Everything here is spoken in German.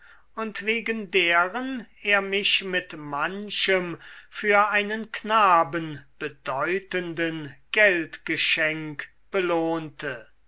und wegen deren er mich mit manchem für einen knaben bedeutenden geldgeschenk belohnte